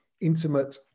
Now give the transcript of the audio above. intimate